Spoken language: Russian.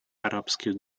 арабских